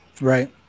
right